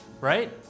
Right